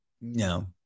No